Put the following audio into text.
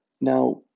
Now